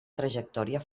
trajectòria